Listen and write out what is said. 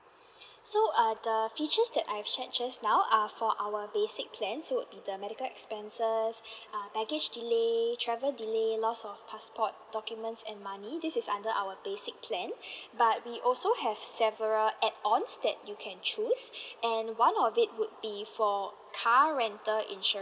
so uh the features that I've shared just now are for our basic plan so it would the medical expenses uh baggage delay travel delay lost of passport documents and money this is under our basic plan but we also have several add ons that you can choose and one of it would be for car rental insur~